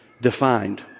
defined